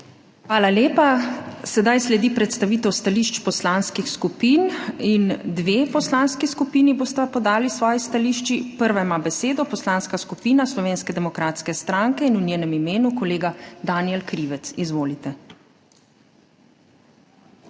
Hvala lepa. Sedaj sledi predstavitev stališč poslanskih skupin. Dve poslanski skupini bosta podali svoje stališče. Prva ima besedo Poslanska skupina Slovenske demokratske stranke, v njenem imenu kolega Danijel Krivec. Izvolite. DANIJEL